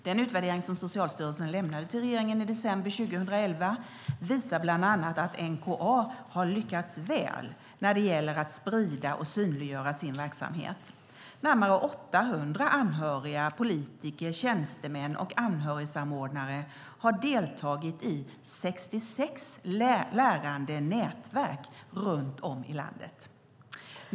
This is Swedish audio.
Den utvärdering som Socialstyrelsen lämnade till regeringen i december 2011 visar bland annat att NkA har lyckats väl när det gäller att sprida och synliggöra sin verksamhet. Närmare 800 anhöriga, politiker, tjänstemän och anhörigsamordnare har deltagit i 66 lärande nätverk runt om i landet.